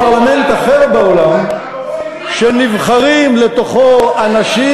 פרלמנט אחר בעולם שנבחרים לתוכו אנשים,